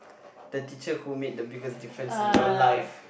the teacher who made the biggest difference in your life